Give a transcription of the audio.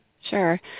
Sure